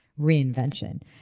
reinvention